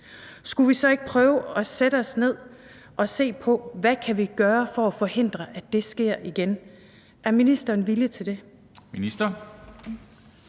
Skulle vi så ikke prøve at sætte os ned og se på, hvad vi kan gøre for at forhindre, at det sker igen? Er ministeren villig til det?